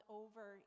over